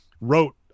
wrote